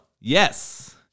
Yes